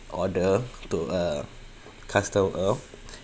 order to uh customer